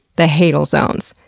the hadal zones.